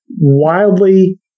wildly